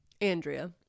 Andrea